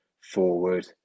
forward